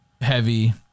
heavy